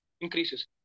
increases